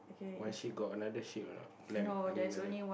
why she got another she got glam I mean the lamb